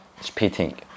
spitting